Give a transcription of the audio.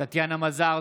טטיאנה מזרסקי,